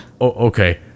okay